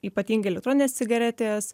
ypatingai elektroninės cigaretės